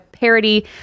parody